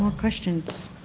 um questions.